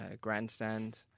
grandstand